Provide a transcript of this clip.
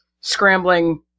scrambling